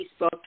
Facebook